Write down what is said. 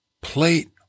plate